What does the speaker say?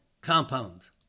compounds